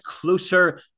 closer